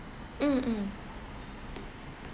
mm mm